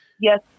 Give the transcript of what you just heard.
Yes